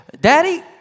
Daddy